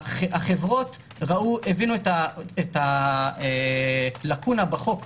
החברות הבינו את הלקונה בחוק,